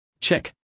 Check